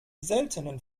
seltenen